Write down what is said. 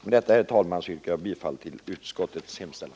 Med detta, herr talman, yrkar jag bifall till utskottets hemställan.